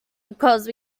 because